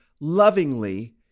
lovingly